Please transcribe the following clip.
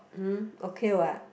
mm okay what